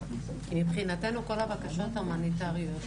כי מבחינתנו כל הבקשות ההומניטריות,